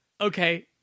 okay